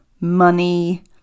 money